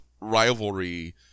rivalry